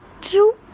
true